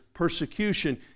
persecution